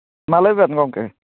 ᱢᱟ ᱞᱟᱹᱭᱵᱮᱱ ᱜᱚᱢᱠᱮ